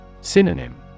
Synonym